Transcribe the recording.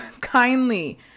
kindly